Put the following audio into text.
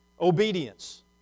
Obedience